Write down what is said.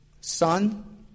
son